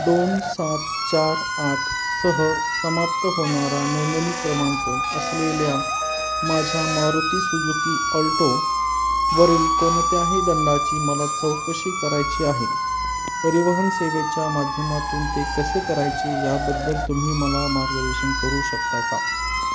दोन सात चार आठ सह समाप्त होणारा नोंदणी क्रमांक असलेल्या माझ्या मारुती सुजुकी अल्टोवरील कोणत्याही दंडाची मला चौकशी करायची आहे परिवहन सेवेच्या माध्यमातून ते कसे करायचे याबद्दल तुम्ही मला मार्गदर्शन करू शकता का